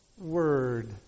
Word